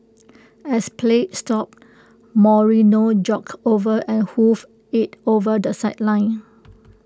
as play stopped Moreno jogged over and hoofed IT over the sideline